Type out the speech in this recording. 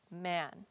man